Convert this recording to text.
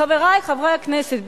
חברי חברי הכנסת,